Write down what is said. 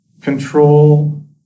control